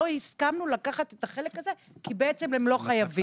לא הסכמנו לקחת את החלק הזה, כי הם לא חייבים.